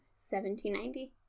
1790